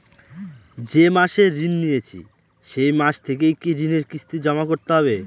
যে মাসে ঋণ নিয়েছি সেই মাস থেকেই কি ঋণের কিস্তি জমা করতে হবে?